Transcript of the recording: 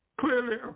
clearly